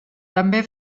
també